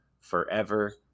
forever